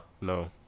No